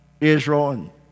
Israel